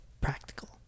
practical